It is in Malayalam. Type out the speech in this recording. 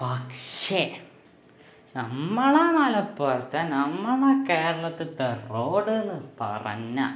പക്ഷേ നമ്മളെ മലപ്പുറത്ത് നമ്മളെ കേരളത്ത്ത്തെ റോഡ് എന്നു പറഞ്ഞാല്